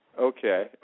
Okay